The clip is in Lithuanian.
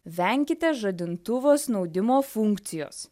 venkite žadintuvo snaudimo funkcijos